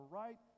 right